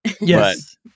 Yes